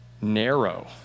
Narrow